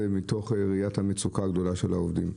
מתוך ראיית המצוקה הגדולה של העובדים.